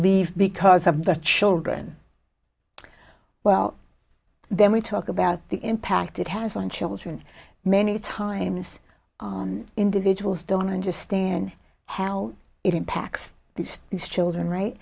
leave because of the children well then we talk about the impact it has on children many times individuals don't understand how it impacts the these children right